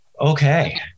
Okay